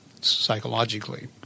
psychologically